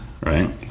right